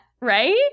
Right